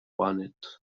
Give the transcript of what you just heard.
planet